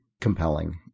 compelling